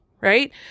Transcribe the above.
right